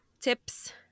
tips